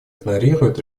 игнорирует